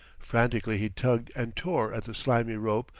frantically he tugged and tore at the slimy rope,